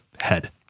head